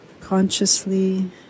consciously